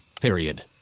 period